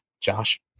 Josh